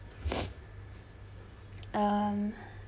um